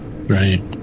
right